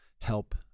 help